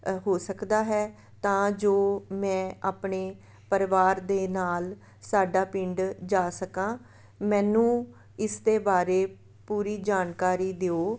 ਹੋ ਸਕਦਾ ਹੈ ਤਾਂ ਜੋ ਮੈਂ ਆਪਣੇ ਪਰਿਵਾਰ ਦੇ ਨਾਲ ਸਾਡਾ ਪਿੰਡ ਜਾ ਸਕਾਂ ਮੈਨੂੰ ਇਸਦੇ ਬਾਰੇ ਪੂਰੀ ਜਾਣਕਾਰੀ ਦਿਓ